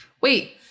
Wait